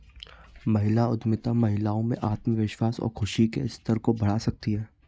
महिला उद्यमिता महिलाओं में आत्मविश्वास और खुशी के स्तर को बढ़ा सकती है